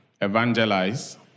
evangelize